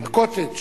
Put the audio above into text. ה"קוטג'".